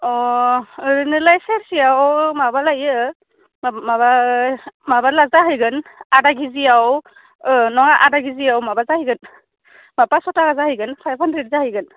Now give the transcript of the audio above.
अह ओरैनोलाय सेरसेयाव माबा लायो माबा माबा जाहैगोन आदा किजिआव ओह नङा आदा किजियाव माबा जायैगोन पासस' थाखा फाइब हानद्रेद जाहैगोन